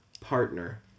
partner